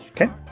Okay